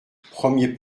premier